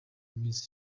minsi